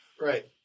right